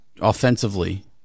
offensively